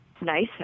nice